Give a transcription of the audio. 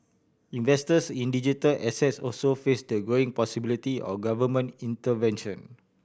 investors in digital assets also face the growing possibility of government intervention